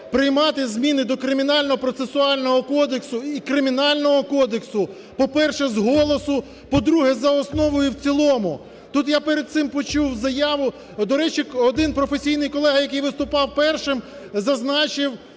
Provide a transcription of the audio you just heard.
приймати зміни до Кримінально-процесуального кодексу і Кримінального кодексу, по-перше, з голосу, по-друге, за основу і в цілому. Тут я перед цим почув заяву, до речі, один професійний колега, який виступав першим, зазначив